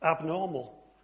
abnormal